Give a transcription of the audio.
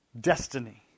destiny